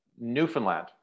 Newfoundland